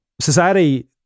Society